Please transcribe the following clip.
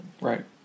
Right